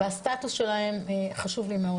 והסטטוס שלהם חשוב לי מאוד.